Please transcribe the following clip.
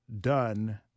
done